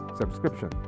subscription